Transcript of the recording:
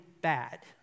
bad